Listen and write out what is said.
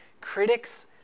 critics